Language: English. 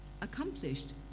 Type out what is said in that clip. accomplished